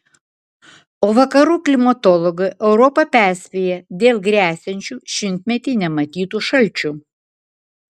o vakarų klimatologai europą perspėja dėl gresiančių šimtmetį nematytų šalčių